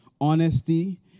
Honesty